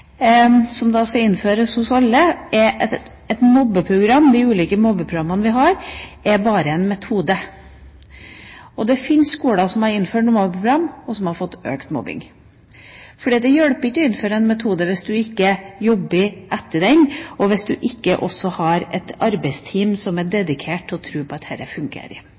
skal innføres i alle skoler, er at de ulike mobbeprogrammene vi har, bare er en metode. Det finnes skoler som har innført mobbeprogram, og som har fått økt mobbing. Det hjelper ikke å innføre en metode hvis man ikke jobber etter den, og hvis man ikke også har et arbeidsteam som er dedikert og tror på at dette fungerer.